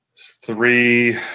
three